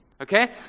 Okay